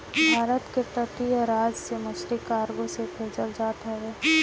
भारत के तटीय राज से मछरी कार्गो से भेजल जात हवे